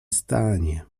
stanie